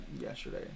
yesterday